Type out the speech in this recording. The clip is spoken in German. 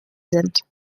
sind